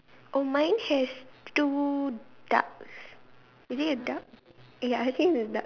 oh mine has two ducks is it a duck ya I think is duck